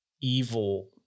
evil